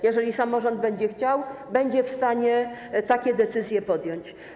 Jeżeli samorząd będzie chciał, będzie w stanie takie decyzje podjąć.